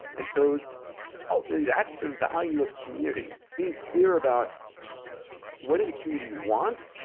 and so ultimately, that's the value of community being clear about what does a community want?